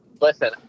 listen